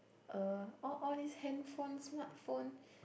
uh all all these handphones smartphone